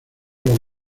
los